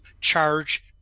charge